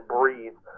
breathe